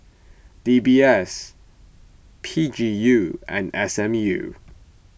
D B S P G U and S M U